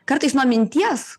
kartais nuo minties